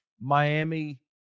Miami